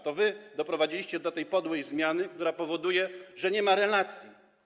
To wy doprowadziliście do tej podłej zmiany, która powoduje, że nie ma relacji.